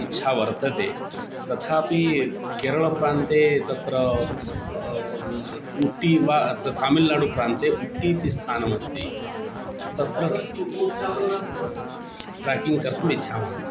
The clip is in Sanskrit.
इच्छा वर्तते तथापि केरलप्रान्ते तत्र उट्टि वा अत्र तामिल्नाडुप्रान्ते उट्टी इति स्थानमस्ति तत्र ट्राकिङ्ग् कर्तुम् इच्छामः